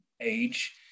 age